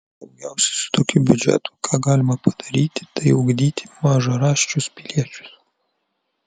daugiausiai su tokiu biudžetu ką galima padaryti tai ugdyti mažaraščius piliečius